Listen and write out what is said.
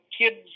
kids